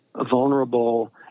vulnerable